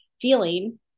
feeling